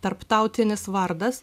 tarptautinis vardas